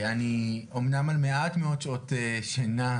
אני אמנם על מעט מאוד שעות שינה,